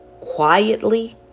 quietly